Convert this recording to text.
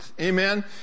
Amen